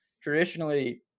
traditionally